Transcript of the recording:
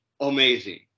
Amazing